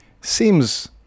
seems